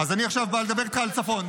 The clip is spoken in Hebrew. אני עכשיו בא לדבר איתך על הצפון.